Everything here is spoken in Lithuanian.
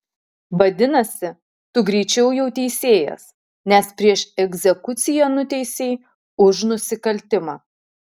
vadinasi tu greičiau jau teisėjas nes prieš egzekuciją nuteisei už nusikaltimą